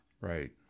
Right